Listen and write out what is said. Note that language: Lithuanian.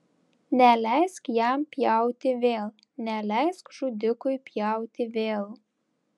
neleisk jam pjauti vėl neleisk žudikui pjauti vėl